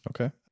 okay